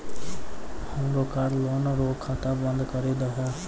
हमरो car loan रो खाता बंद करी दहो